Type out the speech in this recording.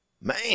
Man